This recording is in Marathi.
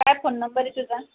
काय फोन नंबर आहे तुझा